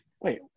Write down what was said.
wait